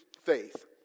faith